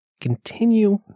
continue